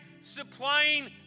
supplying